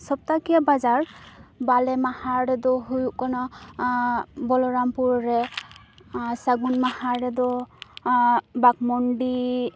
ᱥᱚᱯᱛᱟᱠᱤᱭᱟᱹ ᱵᱟᱡᱟᱨ ᱵᱟᱞᱮ ᱢᱟᱦᱟ ᱨᱮᱫᱚ ᱦᱩᱭᱩᱜ ᱠᱟᱱᱟ ᱵᱚᱞᱚᱨᱟᱢ ᱯᱩᱨ ᱨᱮ ᱥᱟᱜᱩᱱ ᱢᱟᱦᱟ ᱨᱮᱫᱚ ᱵᱟᱠᱢᱩᱱᱰᱤ